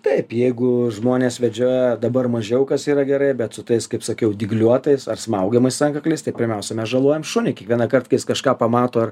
taip jeigu žmonės vedžioja dabar mažiau kas yra gerai bet su tais kaip sakiau dygliuotais ar smaugiamas antkakliais tai pirmiausia mes žalojam šunį kiekvienąkart kai jis kažką pamato ar